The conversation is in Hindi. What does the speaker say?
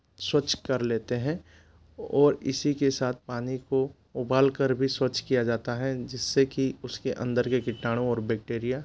स्वच्छ कर लेते हैं और इसी के साथ पानी को उबाल कर भी स्वच्छ किया जाता है जिससे कि उसके अंदर के कीटाणु और बैक्टीरिया